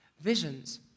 Visions